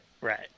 right